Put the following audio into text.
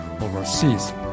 overseas